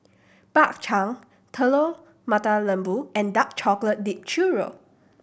Bak Chang Telur Mata Lembu and dark chocolate dip churro